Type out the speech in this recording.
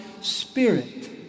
spirit